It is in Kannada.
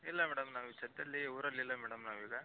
ಇಲ್ಲ ಮೇಡಮ್ ನಾವು ಇಷ್ಟು ಹೊತ್ತಲ್ಲಿ ಊರಲ್ಲಿ ಇಲ್ಲ ಮೇಡಮ್ ನಾವು ಈಗ